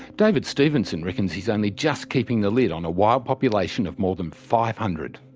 david stephenson reckons he's only just keeping the lid on a wild population of more than five hundred,